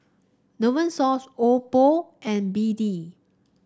Novosource Oppo and B D